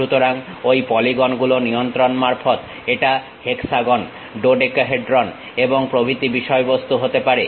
সুতরাং ঐ পলিগন গুলো নিয়ন্ত্রণ মারফত এটা হেক্সাগন ডোডেকহেড্রন এবং প্রভৃতি বিষয় বস্তু হতে পারে